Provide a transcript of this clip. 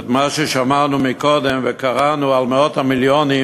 למה ששמענו קודם, וקראנו, על מאות המיליונים